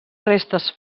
restes